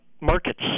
markets